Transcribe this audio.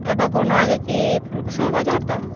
ᱮ ᱵᱟ ᱵᱩ ᱱᱚᱣᱟ ᱜᱮ ᱠᱤ ᱯᱷᱩᱞᱠᱩᱥᱩᱢᱟ ᱵᱟᱡᱟᱨ ᱫᱚ